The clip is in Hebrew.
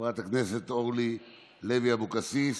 חברת הכנסת אורלי לוי אבקסיס,